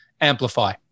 amplify